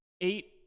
eight